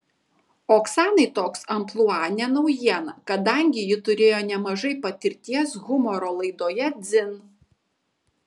oksanai toks amplua ne naujiena kadangi ji turėjo nemažai patirties humoro laidoje dzin